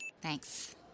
Thanks